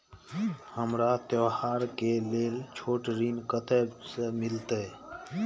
हमरा त्योहार के लेल छोट ऋण कते से मिलते?